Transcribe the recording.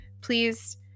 please